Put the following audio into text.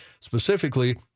specifically